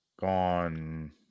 gone